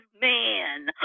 man